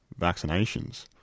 vaccinations